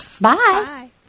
Bye